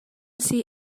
see